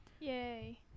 Yay